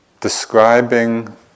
describing